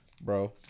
Bro